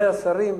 מכובדי השרים,